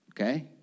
Okay